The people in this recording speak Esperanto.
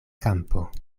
kampo